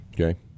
okay